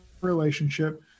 relationship